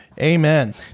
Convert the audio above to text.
Amen